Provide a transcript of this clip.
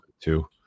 two